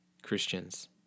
Christians